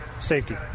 Safety